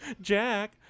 Jack